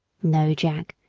no, jack,